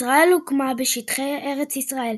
ישראל הוקמה בשטחי ארץ ישראל,